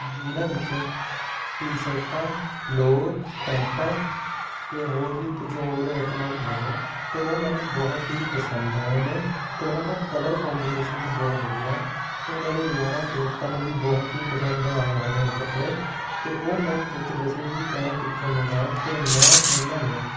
ਜਿਨ੍ਹਾਂ ਵਿੱਚ ਟੀ ਸ਼ਰਟਾਂ ਲੋਅਰ ਪੈਂਟਾਂ ਅਤੇ ਹੋਰ ਵੀ ਕੁਝ ਹੋਰ ਆਈਟਮਾਂ ਵੀ ਹੈ ਅਤੇ ਉਹ ਮੈਨੂੰ ਬਹੁਤ ਹੀ ਪਸੰਦ ਆਏ ਨੇ ਅਤੇ ਉਨ੍ਹਾਂ ਦਾ ਕਲਰ ਕੋਮਬੀਨੇਸ਼ਨ ਵੀ ਬਹੁਤ ਵਧੀਆ ਅਤੇ ਮੇਰੇ ਯਾਰਾਂ ਦੋਸਤਾਂ ਨੂੰ ਵੀ ਬਹੁਤ ਹੀ ਪਸੰਦ ਆਏ ਹਨ ਇਹ ਕੱਪੜੇ ਅਤੇ ਉਹ ਮੈਨੂੰ ਪੁੱਛਦੇ ਸੀ ਵੀ ਤੈਂ ਕਿੱਥੋਂ ਮੰਗਵਾਏ ਅਤੇ ਮੈਂ ਉਨ੍ਹਾਂ ਨੂੰ